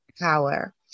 power